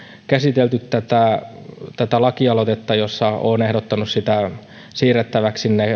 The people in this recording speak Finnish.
käsitelty tätä tätä lakialoitetta jossa olen ehdottanut tätä karkotuspäätösten tekoa näissä asioissa siirrettäväksi sinne